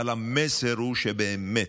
אבל המסר הוא שבאמת,